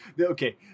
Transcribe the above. okay